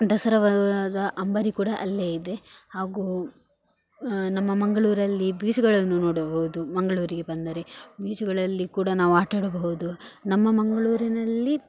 ದಸರಾದ ಅಂಬಾರಿ ಕೂಡ ಅಲ್ಲೇ ಇದೆ ಹಾಗೂ ನಮ್ಮ ಮಂಗಳೂರಲ್ಲಿ ಬೀಚುಗಳನ್ನು ನೋಡಬೌದು ಮಂಗಳೂರಿಗೆ ಬಂದರೆ ಬೀಚುಗಳಲ್ಲಿ ಕೂಡ ನಾವು ಆಟವಾಡಬಹುದು ನಮ್ಮ ಮಂಗಳೂರಿನಲ್ಲಿ